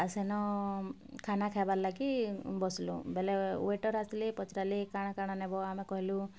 ଆ ସେନ ଖାନା ଖାଏବାର୍ ଲାଗି ବସ୍ଲୁଁ ବେଲେ ୱେଟର୍ ଆସ୍ଲେ ପଚ୍ରାଲେ କାଣା କାଣା ନେବ ଆମେ କହେଲୁଁ